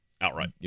outright